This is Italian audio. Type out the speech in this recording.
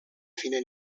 fine